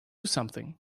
something